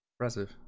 Impressive